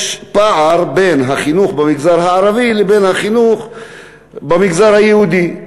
בין החינוך במגזר הערבי לבין החינוך במגזר היהודי.